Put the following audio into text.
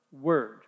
word